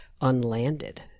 unlanded